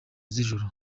z’ijoro